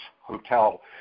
hotel